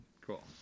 Cool